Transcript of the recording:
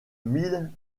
mille